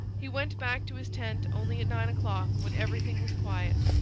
he went back to his tent only at nine o'clock, when everything was quiet.